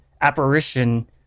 apparition